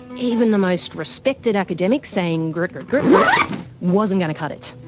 even the most respected academic saying grt grt grt grt wasn't going to cut it.